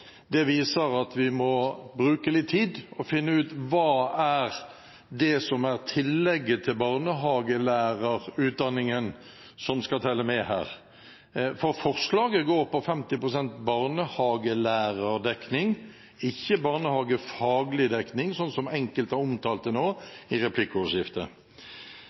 Det viser at vi må bruke litt tid og finne ut hva det er, i tillegg til barnehagelærerutdanningen, som skal telle med her. For forslaget går på 50 pst. barnehagelærerdekning, ikke barnehagefaglig dekning, slik som enkelte har omtalt det nå i replikkordskiftet.